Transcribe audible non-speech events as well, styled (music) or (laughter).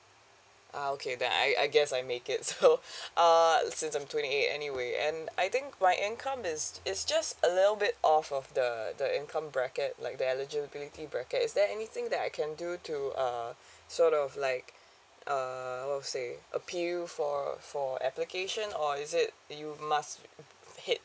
ah okay then I I guess I make it so (laughs) err since I'm twenty eight anyway and I think my income is it's just a little bit off of the the income bracket like the eligibility bracket is there anything that I can do to uh sort of like uh what will say appeal for for application or is it you must hit